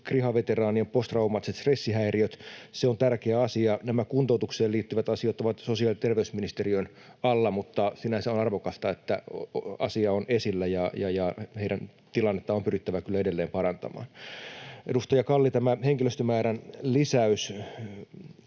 kriha-veteraanien posttraumaattiset stressihäiriöt. Se on tärkeä asia. Nämä kuntoutukseen liittyvät asiat ovat sosiaali‑ ja terveysministeriön alla, mutta sinänsä on arvokasta, että asia on esillä, ja heidän tilannettaan on pyrittävä kyllä edelleen parantamaan. Edustaja Kalli, tämä henkilöstömäärän lisäys: